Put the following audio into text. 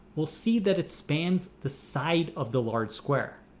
we'll see that it spans the side of the large square